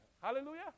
Hallelujah